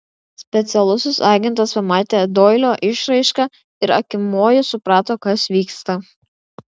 specialusis agentas pamatė doilio išraišką ir akimoju suprato kas vyksta